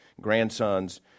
grandsons